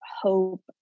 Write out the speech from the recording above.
hope